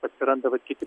atsiranda vat kiti